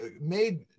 made